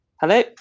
Hello